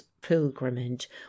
pilgrimage